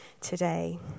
today